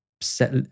set